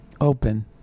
open